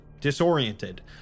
disoriented